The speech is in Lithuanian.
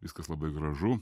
viskas labai gražu